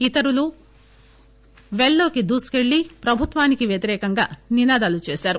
ఇతరులు పెల్ లోకి దూసుకెళ్లి ప్రభుత్వానికి వ్యతిరేకంగా నినాదాలు చేశారు